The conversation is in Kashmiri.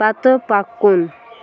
پتہٕ پکُن